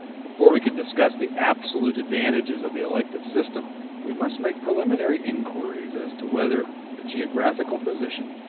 before we can discuss the absolute advantages of the elective system we must make preliminary inquiries as to whether the geographical position,